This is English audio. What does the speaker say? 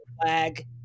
flag